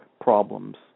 problems